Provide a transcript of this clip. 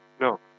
No